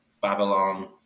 Babylon